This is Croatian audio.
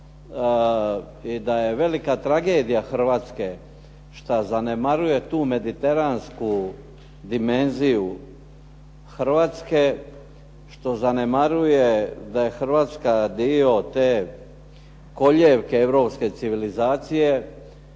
i da je velika tragedija Hrvatske što zanemaruje tu mediteransku dimenziju Hrvatske, što zanemaruje da je Hrvatska dio te kolijevke europske civilizacije,